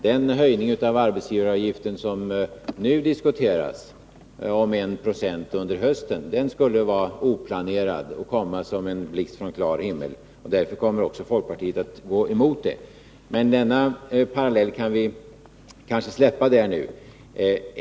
Den höjning av arbetsgivaravgiften med 1 96 under hösten som nu diskuteras skulle vara oplanerad och komma som en blixt från klar himmel. Därför kommer också folkpartiet att gå emot detta. Men denna parallell kan vi kanske lämna nu.